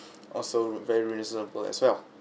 also very reasonable as well